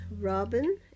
Robin